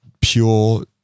pure